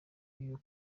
y’aho